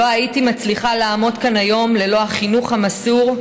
לא הייתי מצליחה לעמוד כאן היום ללא החינוך המסור,